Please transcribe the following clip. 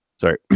Sorry